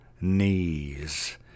knees